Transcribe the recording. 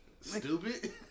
Stupid